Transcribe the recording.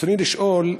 רצוני לשאול: